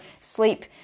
sleep